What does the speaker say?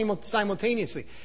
simultaneously